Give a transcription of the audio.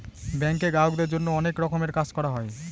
ব্যাঙ্কে গ্রাহকদের জন্য অনেক রকমের কাজ করা হয়